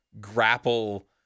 grapple